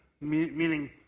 Meaning